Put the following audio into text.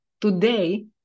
today